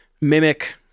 mimic